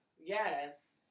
yes